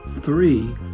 three